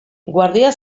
guardia